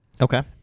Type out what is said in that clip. Okay